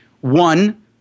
One